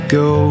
go